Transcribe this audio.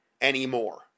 anymore